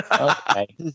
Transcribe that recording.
okay